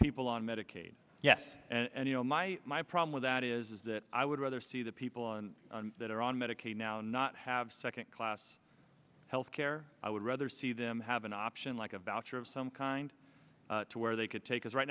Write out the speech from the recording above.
people on medicaid yes and you know my my problem with that is that i would rather see the people on that are on medicaid now and not have second class health care i would rather see them have an option like a voucher of some kind to where they could take us right